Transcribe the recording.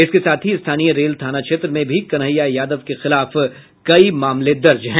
इसके साथ ही स्थानीय रेल थाना क्षेत्र में भी कन्हैया यादव के खिलाफ कई मामले दर्ज हैं